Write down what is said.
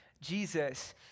Jesus